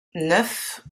neuf